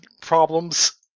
problems